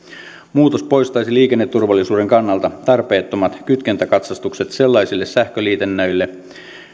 muutos poistaisi liikenneturvallisuuden kannalta tarpeettomat kytkentäkatsastukset sellaisille sähköliitännöille